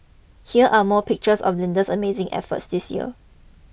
here are more pictures of Linda's amazing effort this year